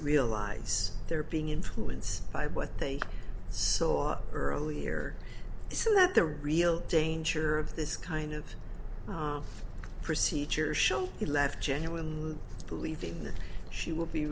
realize they're being influenced by what they saw earlier so that the real danger of this kind of procedure show he left genuinely believing that she will be